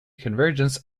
convergence